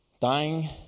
Dying